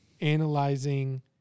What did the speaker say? analyzing